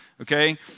okay